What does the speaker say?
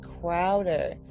Crowder